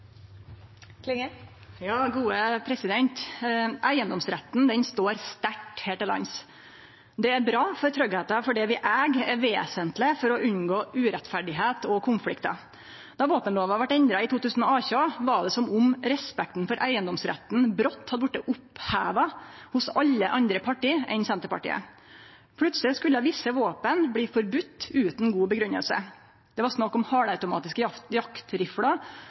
bra, for tryggleiken for det vi eig, er vesentleg for å unngå urettferdigheit og konfliktar. Då våpenlova vart endra i 2018, var det som om respekten for eigedomsretten brått hadde vorte oppheva hos alle andre parti enn Senterpartiet. Plutseleg skulle visse våpen bli forbodne utan god grunngjeving. Det var snakk om halvautomatiske